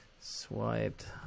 Swiped